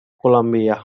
columbia